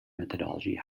methodology